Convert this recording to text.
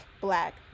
black